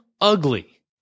ugly